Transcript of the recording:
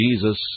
Jesus